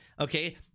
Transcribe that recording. Okay